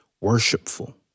worshipful